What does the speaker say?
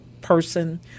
person